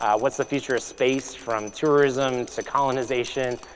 what's the future of space from tourism to colonization,